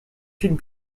films